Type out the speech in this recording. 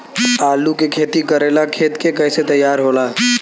आलू के खेती करेला खेत के कैसे तैयारी होला?